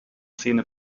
szene